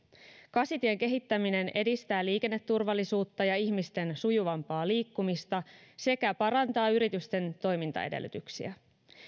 kasitien kehittäminen edistää liikenneturvallisuutta ja ihmisten sujuvampaa liikkumista sekä parantaa yritysten toimintaedellytyksiä